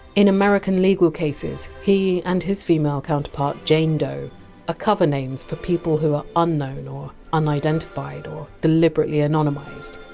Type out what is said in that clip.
in american legal cases, he and his female counterpart jane doe are ah cover names for people who are unknown or unidentified or deliberately anonymised.